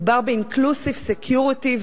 מדובר ב-inclusive security,